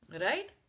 Right